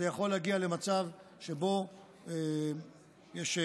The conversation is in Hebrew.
זה יכול להגיע למצב שבו יש